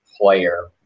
player